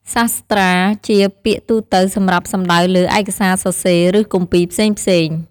សាស្ត្រា ជាពាក្យទូទៅសម្រាប់សំដៅលើឯកសារសរសេរ ឬគម្ពីរផ្សេងៗ។